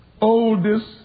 oldest